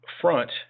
front